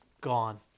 Gone